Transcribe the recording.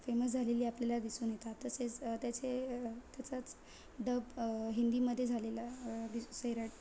famous झालेली आपल्याला दिसून येतात तसेच त्याचे त्याचाच डब हिंदीमध्ये झालेला वि सैराट